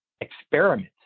experiment